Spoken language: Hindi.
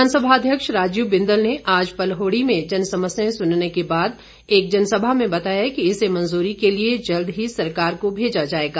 विधानसभा अध्यक्ष राजीव बिंदल ने आज पलहोड़ी में जनसमस्याएं सुनने के बाद एक जनसभा में बताया कि इसे मंजूरी के लिए जल्द ही सरकार को भेजा जाएगा